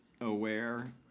aware